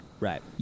Right